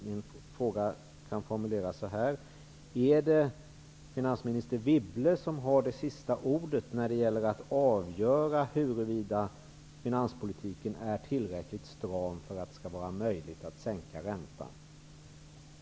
Min fråga kan formularas på följande sätt: Är det finansminister Wibble som har det sista ordet när det gäller att avgöra huruvida finanspolitiken är tillräckligt stram för att det skall vara möjligt att sänka räntan?